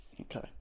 Okay